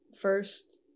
first